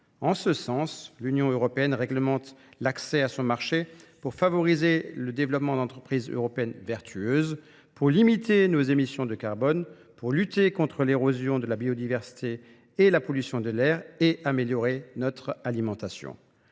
En ce sens, l'Union européenne réglemente l'accès à son marché pour favoriser le développement d'entreprises européennes vertueuses, pour limiter nos émissions de carbone, pour lutter contre l'érosion de la biodiversité et la pollution de l'air et améliorer notre alimentation.